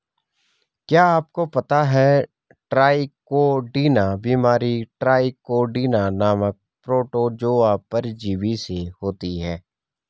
क्या आपको पता है ट्राइकोडीना बीमारी ट्राइकोडीना नामक प्रोटोजोआ परजीवी से होती है?